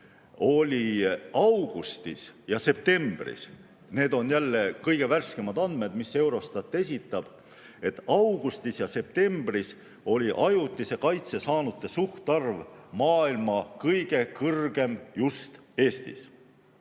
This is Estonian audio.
oli augustis ja septembris – need on jälle kõige värskemad andmed, mis Eurostat esitab – ajutise kaitse saanute suhtarv maailma kõige kõrgem just Eestis.